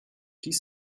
dies